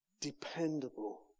dependable